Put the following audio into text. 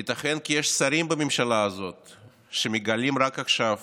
ייתכן כי יש שרים בממשלה הזאת שמגלים רק עכשיו